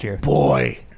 boy